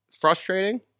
Frustrating